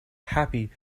happy